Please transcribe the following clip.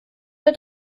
der